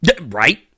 Right